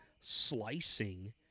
slicing